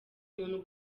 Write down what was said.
umuntu